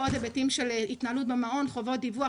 עוד היבטים של התנהלות למעון: חובות דיווח,